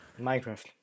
Minecraft